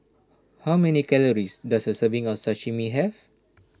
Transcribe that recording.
how many calories does a serving of Sashimi have